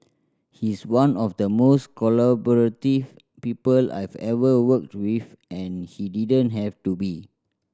he's one of the most collaborative people I've ever worked with and he didn't have to be